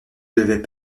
devait